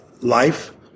life